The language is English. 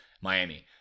Miami